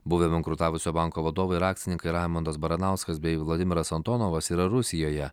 buvę bankrutavusio banko vadovai ir akcininkai raimondas baranauskas bei vladimiras antonovas yra rusijoje